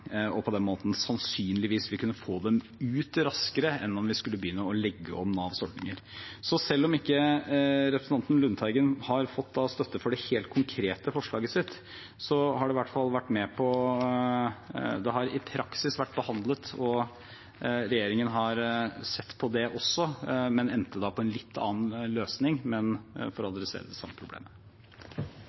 på den måten sannsynligvis vil kunne få dem ut raskere enn om vi skulle begynne å legge om Navs ordninger. Så selv om ikke representanten Lundteigen har fått støtte for det helt konkrete forslaget sitt, har det i praksis vært behandlet. Regjeringen har sett på også det, men endte på en litt annen løsning for å adressere det samme problemet.